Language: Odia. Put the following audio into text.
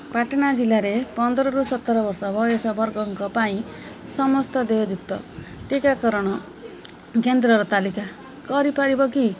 ପାଟନା ଜିଲ୍ଲାରେ ପନ୍ଦରରୁ ସତର ବର୍ଷ ବୟସ ବର୍ଗଙ୍କ ପାଇଁ ସମସ୍ତ ଦେୟଯୁକ୍ତ ଟିକାକରଣ କେନ୍ଦ୍ରର ତାଲିକା କରିପାରିବ କି